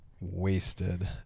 wasted